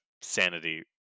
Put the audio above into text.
sanity